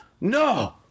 No